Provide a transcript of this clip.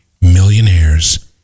millionaires